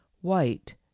white